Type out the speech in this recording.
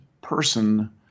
person